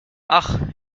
ach